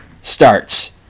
starts